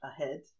ahead